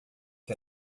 que